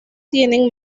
tienen